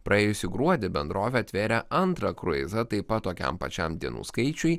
praėjusį gruodį bendrovė atvėrė antrą kruizą taip pat tokiam pačiam dienų skaičiui